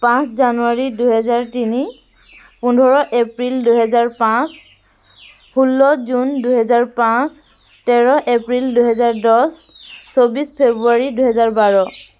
পাঁচ জানুৱাৰী দুহেজাৰ তিনি পোন্ধৰ এপ্ৰিল দুহেজাৰ পাঁচ ষোল্ল জুন দুহেজাৰ পাঁচ তেৰ এপ্ৰিল দুহেজাৰ দহ চৌব্বিছ ফেব্ৰুৱাৰী দুহেজাৰ বাৰ